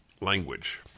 language